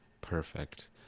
perfect